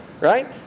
right